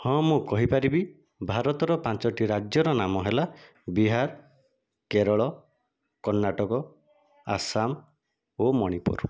ହଁ ମୁଁ କହିପାରିବି ଭାରତର ପାଞ୍ଚଟି ରାଜ୍ୟର ନାମ ହେଲା ବିହାର କେରଳ କର୍ଣ୍ଣାଟକ ଆସାମ ଓ ମଣିପୁର